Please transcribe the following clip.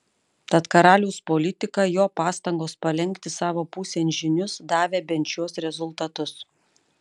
tad karaliaus politika jo pastangos palenkti savo pusėn žynius davė bent šiuos rezultatus